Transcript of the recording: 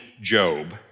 Job